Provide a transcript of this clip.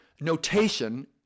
Notation